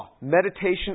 meditation